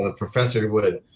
ah professor would.